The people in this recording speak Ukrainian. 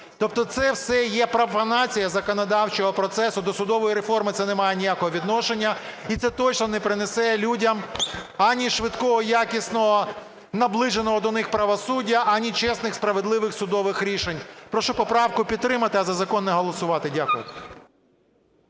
Тобто це все є профанація законодавчого процесу, до судової реформи це не має ніякого відношення. І це точно не принесе людям ані швидкого і якісного, наближеного до них правосуддя, ані чесних, справедливих судових рішень. Прошу поправку підтримати, а за закон не голосувати. Дякую.